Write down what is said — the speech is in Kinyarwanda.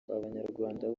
abanyarwanda